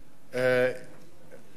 איציק,